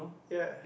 ya